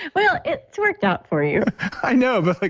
well, it's worked out for you i know, but like